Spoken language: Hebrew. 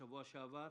בשבוע שעבר,